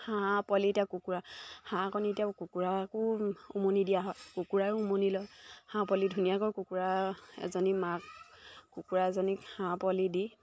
হাঁহ পোৱালিতে কুকুৰা হাঁহ কণী এতিয়া কুকুৰাকো উমনি দিয়া হয় কুকুৰাইও উমনি লয় হাঁহ পোৱালি ধুনীয়াকৈ কুকুৰা এজনী মাক কুকুৰা এজনীক হাঁহ পোৱালি দি